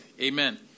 Amen